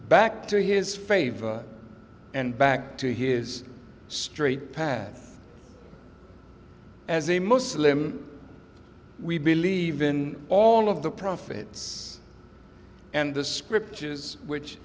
back to his favor and back to here is straight path as a muslim we believe in all of the prophets and the scriptures which